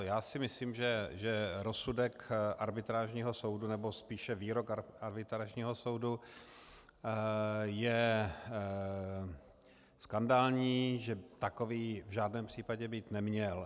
Já si myslím, že rozsudek arbitrážního soudu, nebo spíše výrok arbitrážního soudu je skandální, že takový v žádném případě být neměl.